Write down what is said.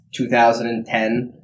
2010